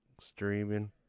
streaming